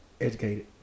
educated